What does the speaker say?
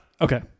Okay